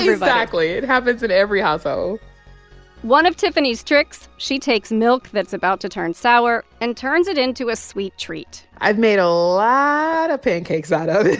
exactly. it happens in every household one of tiffany's tricks she takes milk that's about to turn sour and turns it into a sweet treat i've made a lot of pancakes out of it